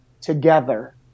together